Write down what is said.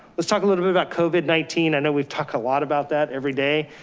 let's talk a little bit about covid nineteen. i know we've talked a lot about that every day.